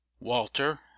walter